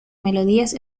melodías